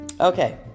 Okay